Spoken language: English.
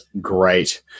great